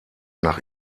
nach